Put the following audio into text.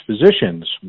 physicians